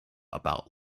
about